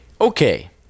Okay